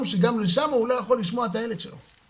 שגם לשם הוא לא יכול לשמוע את הילד שלו.